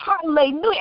Hallelujah